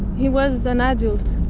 he was an adult